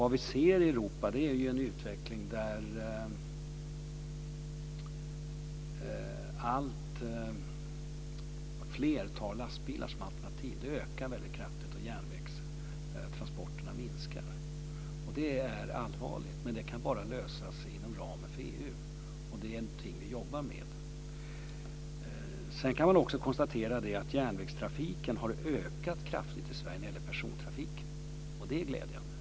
Vad vi ser i Europa är en utveckling där alltfler tar lastbilar som alternativ. De ökar kraftigt, och järnvägstransporterna minskar. Det är allvarligt, men det kan bara lösas inom ramen för EU. Det är någonting som vi jobbar med. Man kan också konstatera att järnvägstrafiken har ökat kraftigt i Sverige när det gäller persontrafiken, och det är glädjande.